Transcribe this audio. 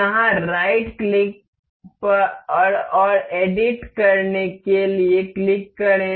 यहां right click पर और एडिट करने के लिए क्लिक करें